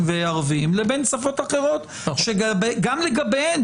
והערבים לבין שפות אחרות שגם לגביהן,